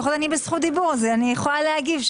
לפחות אני בזכות דיבור ואני יכולה להגיב.